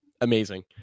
Amazing